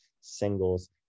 singles